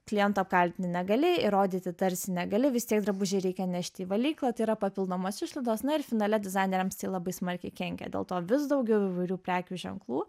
klientą apkaltinti negali įrodyti tarsi negali vis tiek drabužį reikia nešti į valyklą tai yra papildomos išlaidos na ir finale dizaineriams tai labai smarkiai kenkia dėl to vis daugiau įvairių prekių ženklų